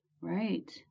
right